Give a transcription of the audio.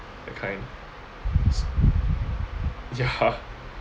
that kind ya